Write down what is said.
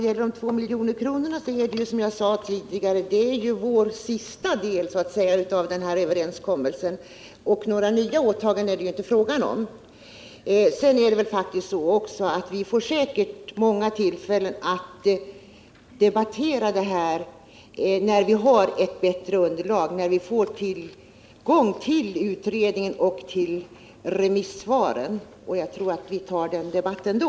Herr talman! Som jag sade tidigare är ju de två miljoner kronorna vår sista del av denna överenskommelse. Några nya åtaganden är det inte fråga om. Vi får säkert många tillfällen att debattera detta ämne, när vi har ett bättre underlag genom tillgången till utredningen och remissvaren. Jag tror att vi skall ta debatten då.